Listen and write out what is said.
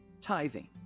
tithing